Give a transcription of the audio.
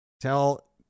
Tell